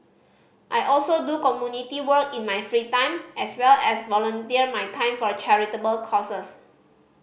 I also do community work in my free time as well as volunteer my time for charitable causes